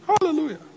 Hallelujah